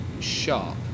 sharp